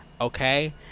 Okay